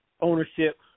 ownership